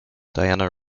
diana